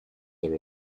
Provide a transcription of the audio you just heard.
are